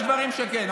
יש דברים שכן,